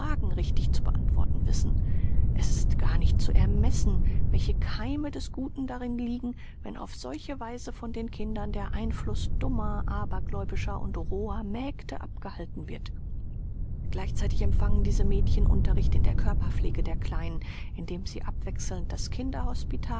richtig zu beantworten wissen es ist gar nicht zu ermessen welche keime des guten darin liegen wenn auf solche weise von den kindern der einfluß dummer abergläubischer und roher mägde abgehalten wird gleichzeitig empfangen diese mädchen unterricht in der körperpflege der kleinen indem sie abwechselnd das